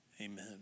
amen